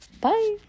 Bye